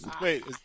Wait